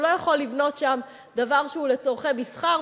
הוא לא יכול לבנות שם דבר שהוא לצורכי מסחר,